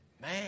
Man